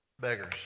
beggars